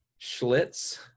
Schlitz